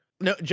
No